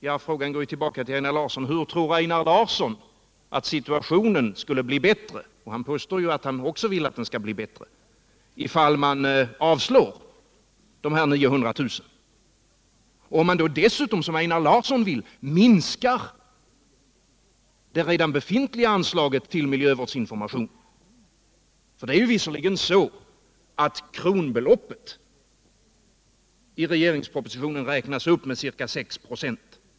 Ja, frågan går tillbaka till Einar Larsson: Hur tror Einar Larsson att situationen skulle bli bättre — han påstår ju att han också vill att den skall bli bättre —om man avslår de här 900 000 kronorna och om man dessutom, som Einar Larsson vill, minskar det redan befintliga anslaget till miljövårdsinformation? Kronbeloppet räknas visserligen upp med ca 6 96 i regeringspropositionen.